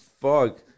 Fuck